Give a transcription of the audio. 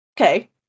Okay